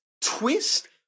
twist